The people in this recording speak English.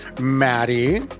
Maddie